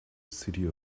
city